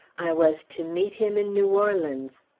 i was to meet him in new orleans.